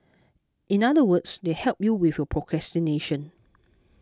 in other words they help you with your procrastination